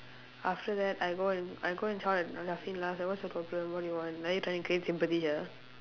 after that I go and I go and I said what's your problem what do you want are you trying to create sympathy here